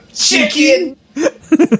chicken